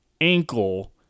ankle